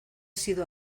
sido